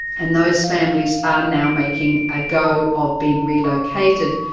and those families are now making a go of being relocated,